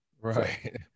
right